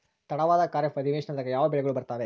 ತಡವಾದ ಖಾರೇಫ್ ಅಧಿವೇಶನದಾಗ ಯಾವ ಬೆಳೆಗಳು ಬರ್ತಾವೆ?